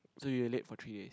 so you were late for three days